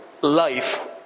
life